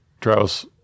Travis